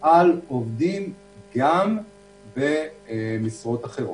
על עובדים גם במשרות אחרות.